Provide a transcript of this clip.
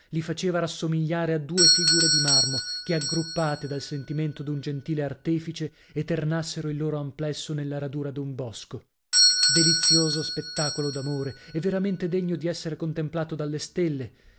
li faceva rassomigliare a due figure di marmo che aggruppate dal sentimento d'un gentile artefice eternassero il loro amplesso nella radura d'un bosco delizioso spettacolo d'amore e veramente degno di essere contemplato dalle stelle